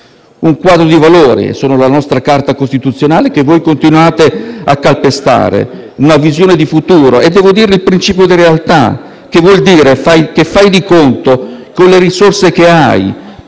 un quadro di valori, come la nostra Carta costituzionale, che continuate a calpestare; una visione di futuro e - devo dirvelo - il principio di realtà, che vuol dire fare i conti con le risorse che si